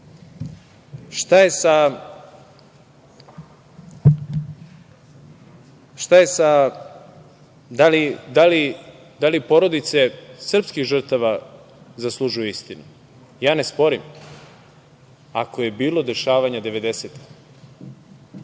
poštujem sve. Da li porodice srpskih žrtava zaslužuju istinu? Ja ne sporim, ako je bilo dešavanja 90-ih